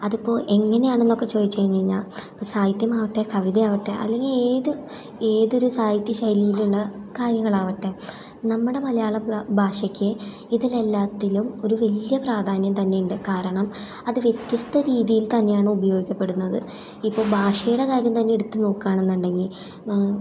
അതിപ്പോൾ എങ്ങെനെയാണെന്നക്കെ ചോദിച്ചു കഴിഞ്ഞാൽ സാഹിത്യമാകട്ടെ കവിതയാകട്ടെ അല്ലെങ്കിൽ ഏത് ഏതൊരുസാഹിത്യ ശൈലിയിലുള്ള കാര്യങ്ങളാവട്ടെ നമ്മുടെ മലയാള ബ്ലാ ഭാഷയ്ക്ക് ഇതിലെല്ലാത്തിലും ഒരു വലിയ പ്രാധാന്യം തന്നെയുണ്ട് കാരണം അത് വ്യത്യസ്തരീതിയിൽ തന്നെയാണ് ഉപകുയോഗിക്കപ്പെടുന്നത് ഇപ്പം ഭാഷയുടെ കാര്യം തന്നെ എടുത്തു നോക്കുകഎന്നുണ്ടെങ്കിൽ